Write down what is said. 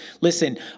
listen